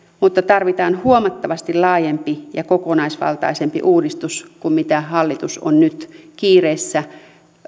mutta tarvitaan huomattavasti laajempi ja kokonaisvaltaisempi uudistus kuin mitä hallitus on nyt kiireessä